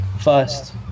first